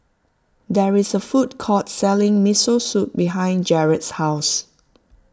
there is a food court selling Miso Soup behind Gerald's house